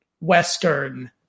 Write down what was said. Western